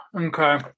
Okay